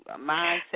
mindset